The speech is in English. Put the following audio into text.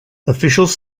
officials